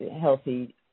healthy